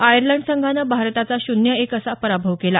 Ireland संघानं भारताचा शून्य एक असा पराभव केला